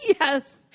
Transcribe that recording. yes